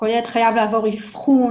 כל ילד חייב לעבור אבחון,